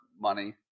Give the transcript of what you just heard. money